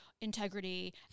integrity